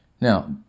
Now